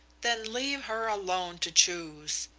then leave her alone to choose.